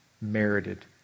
merited